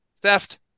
theft